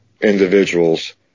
individuals